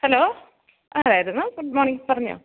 hello ആരായിരുന്നു good morning പറഞ്ഞോളൂ